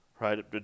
right